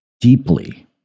deeply